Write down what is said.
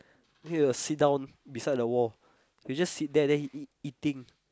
then he will sit down beside the wall he just sit there then he eat eating